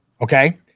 Okay